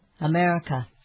America